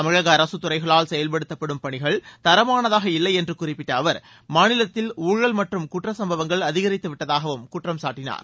தமிழக அரசுத் துறைகளால் செயல்படுத்தப்படும் பணிகள் தரமானதாக இல்லை என்று குறிப்பிட்ட அவா் மாநிலத்தில் ஊழல் மற்றும் குற்ற சம்பவங்கள் அதிகரித்து விட்டதாகவும் குற்றம்சாட்டினார்